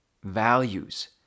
values